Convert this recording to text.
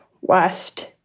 West